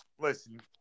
Listen –